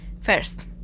First